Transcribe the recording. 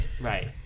Right